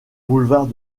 boulevard